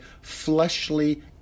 fleshly